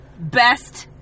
Best